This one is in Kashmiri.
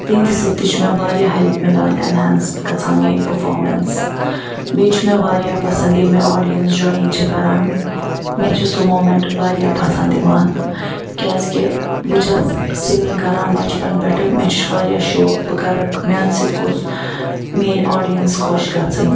تِہِنٛدِ سۭتۍ تہِ چھُ مےٚ واریاہ ہٮ۪لٕپ مِلان ایٚنہانٕس بہٕ گَژھان میٛٲنۍ پٔرفامنس بیٚیہِ چھُ مےٚ واریاہ پَسَنٛد ییٚلہِ مےٚ آڈیَنس جویِن چھِ کَران مےٚ چھُ سُہ موٗمینٹ واریاہ پَسَنٛد یِوان کیازکہ بہٕ چھَس سِنٛگِنٛگ کَران بَچپَن پٮ۪ٹھٕ مےٚ چھُ واریاہ شوق بہٕ کَرَکھ میٛانہِ سۭتۍ گوٚژھ میٛٲنۍ آڈیَنس خۄش گَژھٕنۍ